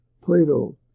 Plato